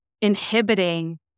inhibiting